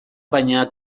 baina